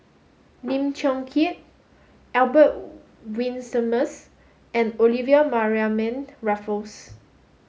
Lim Chong Keat Albert Winsemius and Olivia Mariamne Raffles